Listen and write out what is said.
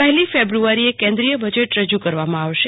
પહેલી ફેબ્રુઆરીએ કેન્દ્રીય બજેટ રજૂ કરવામાં આવશે